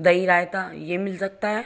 दही रायता यह मिल सकता है